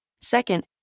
Second